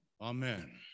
Amen